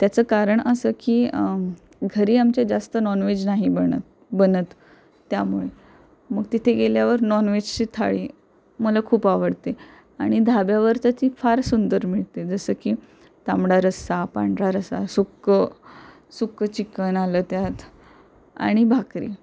त्याचं कारण असं की घरी आमच्या जास्त नॉन व्हेज नाही बनत बनत त्यामुळे मग तिथे गेल्यावर नॉन वेजची थाळी मला खूप आवडते आणि ढाब्यावर तर ती फार सुंदर मिळते जसं की तांबडा रस्सा पांढरा रस्सा सुकं सुकं चिकन आलं त्यात आणि भाकरी